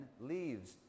leaves